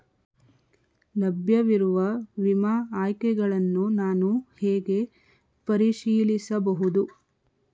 ಲಭ್ಯವಿರುವ ವಿಮಾ ಆಯ್ಕೆಗಳನ್ನು ನಾನು ಹೇಗೆ ಪರಿಶೀಲಿಸಬಹುದು?